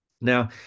Now